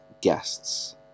guests